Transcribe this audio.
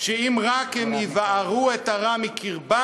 שאם הם רק יבערו את הרע מקרבם,